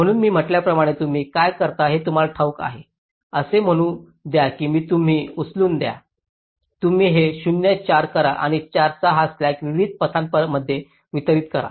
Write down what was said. म्हणून मी म्हटल्याप्रमाणे तुम्ही काय करता हे तुम्हाला ठाऊक आहे असे म्हणू द्या की तुम्ही हे उचलून घ्या तुम्ही हे 0 4 करा आणि 4 चा हा स्लॅक विविध पथांमध्ये वितरीत करा